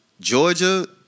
Georgia